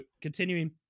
continuing